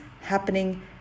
happening